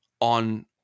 on